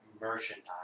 Merchandise